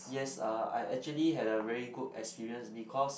yes uh I actually had a very good experience because